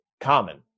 common